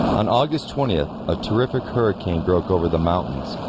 on august twentieth a terrific hurricane broke over the mountains